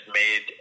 made